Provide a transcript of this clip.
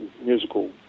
musical